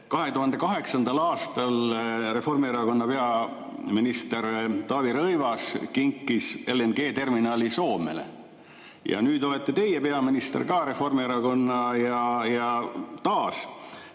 2008. aastal Reformierakonna peaminister Taavi Rõivas kinkis LNG‑terminali Soomele. Ja nüüd olete teie peaminister, ka Reformierakonnast, ja taas